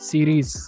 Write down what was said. Series